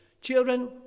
children